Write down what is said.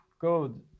code